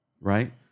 Right